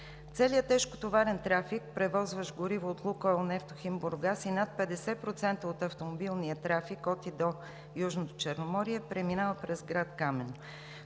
Целият тежкотоварен трафик, превозващ гориво от „Лукойл Нефтохим – Бургас“ и над 50% от автомобилния трафик от и до Южното Черноморие, преминава през град Камено.